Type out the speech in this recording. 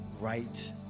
right